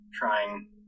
trying